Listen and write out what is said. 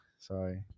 sorry